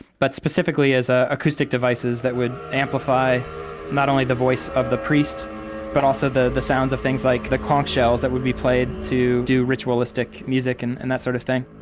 but specifically as ah acoustic devices that would amplify not only the voice of the priest but also the the sounds of things like the conch shells that would be played to do ritualistic music and and that sort of thing